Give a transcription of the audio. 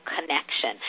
connection